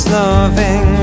loving